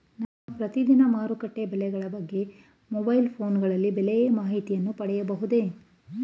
ನಾನು ಪ್ರತಿದಿನ ಮಾರುಕಟ್ಟೆಯ ಬೆಲೆಗಳ ಬಗ್ಗೆ ಮೊಬೈಲ್ ಫೋನ್ ಗಳಲ್ಲಿ ಬೆಲೆಯ ಮಾಹಿತಿಯನ್ನು ಪಡೆಯಬಹುದೇ?